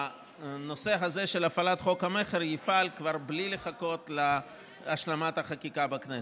הנושא הזה של הפעלת חוק המכר יפעל כבר בלי לחכות להשלמת החקיקה בכנסת.